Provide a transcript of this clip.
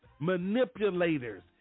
manipulators